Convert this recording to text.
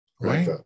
right